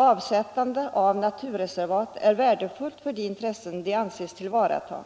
Avsättande av mark till naturreservat är värdefullt för de intressen de anses tillvarata.